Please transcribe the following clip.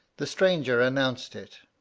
the stranger announced it,